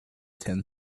ten